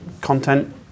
Content